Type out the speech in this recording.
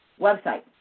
website